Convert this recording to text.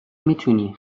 میتونی